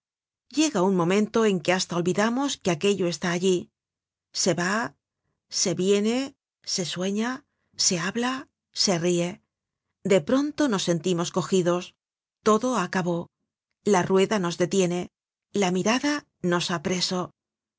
llega un momento en que hasta olvidamos que aquello está allí se va se viene se sueña se habla se rie de pronto nos sentimos cogidos todo acabó la rueda nos detiene la mirada nos ha preso